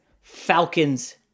Falcons